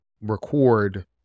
record